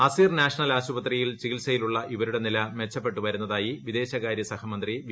Asir national ആശുപത്രിയിൽ ചികിത്സയിലുള്ള ഇവരുടെ നില മെച്ചപ്പെട്ടുവരുന്നതായി വിദേശകാര്യ സഹമന്ത്രി വി